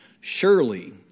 surely